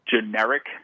generic